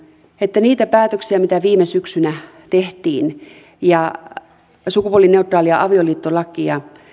että niitä päätöksiä mitä viime syksynä tehtiin ja ja sukupuolineutraalia avioliittolakia